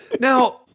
Now